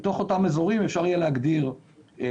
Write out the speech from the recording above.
בתוך אותם אזורים אפשר יהיה להגדיר קניונים,